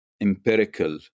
empirical